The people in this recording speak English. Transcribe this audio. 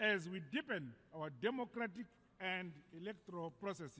as we differ in our democratic and electoral process